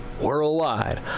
Worldwide